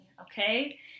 okay